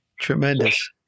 Tremendous